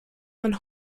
man